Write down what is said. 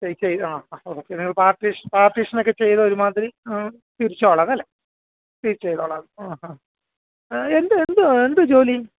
ചെയ്യൂ ചെയ്യൂ ആ ആ ഓക്കെ പാർട്ടീഷ് പാർട്ടീഷനൊക്കെ ചെയ്ത് ഒരുമാതിരി തിരിച്ചോളാം എന്നല്ലേ സ്പ്ലിറ്റ് ചെയ്തോളാം ആ ആ എന്ത് എന്തുവാണ് എന്തുവാണ് ജോലി